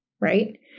right